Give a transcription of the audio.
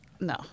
No